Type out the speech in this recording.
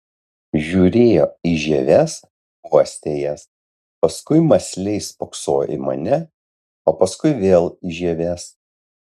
žiūrėjo į žieves uostė jas paskui mąsliai spoksojo į mane o paskui vėl į žieves